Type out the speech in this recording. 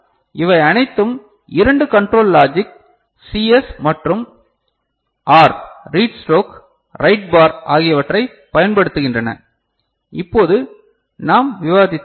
இவை அனைத்தும் இரண்டு கண்ட்ரோல் லாஜிக் சிஎஸ் மற்றும் R read stroke write bar ஆகியவற்றைப் பயன்படுத்துகின்றன இப்போது நாம் விவாதித்த ஒன்று